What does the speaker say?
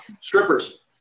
Strippers